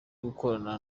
gukorana